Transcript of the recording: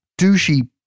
douchey